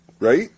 Right